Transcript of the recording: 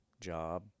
job